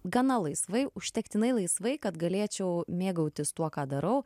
gana laisvai užtektinai laisvai kad galėčiau mėgautis tuo ką darau